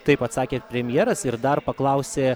taip atsakė premjeras ir dar paklausė